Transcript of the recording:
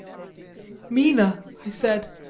mina, i said,